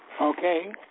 Okay